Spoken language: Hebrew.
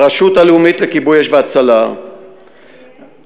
הרשות הלאומית לכיבוי אש והצלה, יהיה?